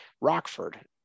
Rockford